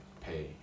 pay